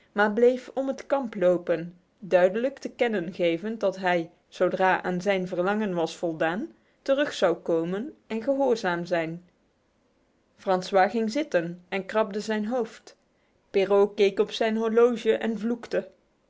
maar bleef om het kamp lopen duidelijk te kennen gevend dat hij zodra aan zijn verlangen was voldaan terug zou komen en gehoorzaam zijn francois ging zitten en krabde zijn hoofd perrault keek op zijn horloge en vloekte